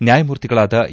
ನ್ನಾಯಮೂರ್ತಿಗಳಾದ A